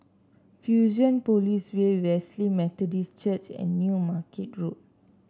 Fusionopolis Way Wesley Methodist Church and New Market Road